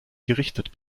gerichtet